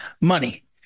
Money